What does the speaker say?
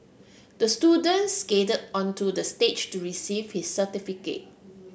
the student skated onto the stage to receive he certificate